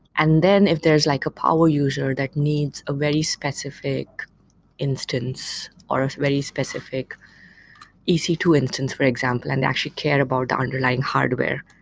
and then if there's like a power user that needs a very specific instance or a very specific e c two instance, for example, and they actually care about the underlying hardware,